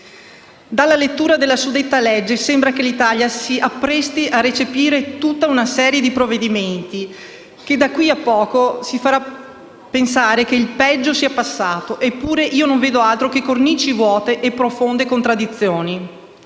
Dalla lettura della suddetta legge sembra che l'Italia si appresti a recepire tutta una serie di provvedimenti che da qui a poco ci faranno pensare che il peggio sia passato. Eppure io non vedo altro che cornici vuote e profonde contraddizioni.